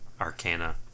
Arcana